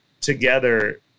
together